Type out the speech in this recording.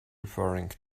referring